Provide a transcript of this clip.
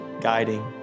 guiding